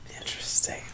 Interesting